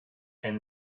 and